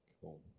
Cool